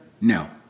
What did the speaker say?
No